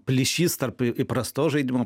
plyšys tarp įprastos žaidimų